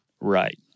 Right